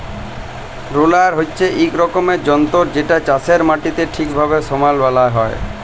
roller হছে ইক রকমের যল্তর যেটতে চাষের মাটিকে ঠিকভাবে সমাল বালাল হ্যয়